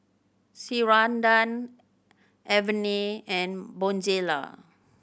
Ceradan Avene and Bonjela